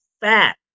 fat